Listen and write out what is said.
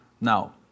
Now